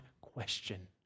question